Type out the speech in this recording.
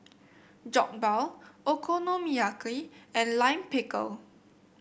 Jokbal Okonomiyaki and Lime Pickle